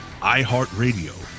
iHeartRadio